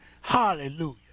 Hallelujah